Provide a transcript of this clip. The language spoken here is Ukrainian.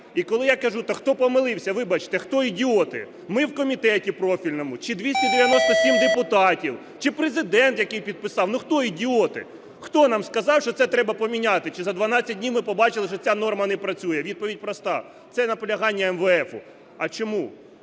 І коли я кажу, так хто помилився? Вибачте, хто ідіоти? Ми в комітеті профільному чи 297 депутатів? Чи Президент, який підписав? Ну, хто ідіоти? Хто нам сказав, що це треба поміняти? Чи за 12 днів ми побачили, що ця норма не працює? Відповідь проста: це наполягання МВФ. А чому?